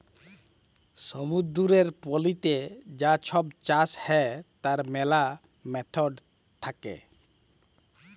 সমুদ্দুরের পলিতে যা ছব চাষ হ্যয় তার ম্যালা ম্যাথড থ্যাকে